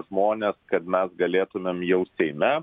žmones kad mes galėtumėm jau seime